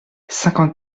cinquante